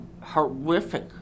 horrific